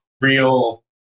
real